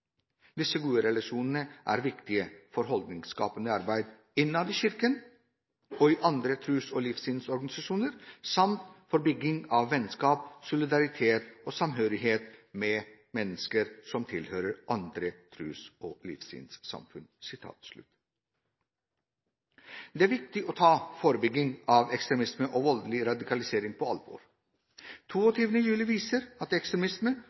Disse gode relasjonene er viktige for holdningsskapende arbeid innad i kirken og i andre tros- og livssynsorganisasjoner, samt for bygging av vennskap, solidaritet og samhørighet med mennesker som tilhører andre tros- og livssynssamfunn.» Det er viktig å ta forebygging av ekstremisme og voldelig radikalisering på alvor. Den 22. juli viste at ekstremisme